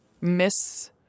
miss